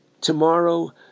tomorrow